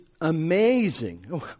amazing